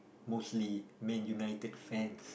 mostly Man United fans